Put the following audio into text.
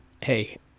hey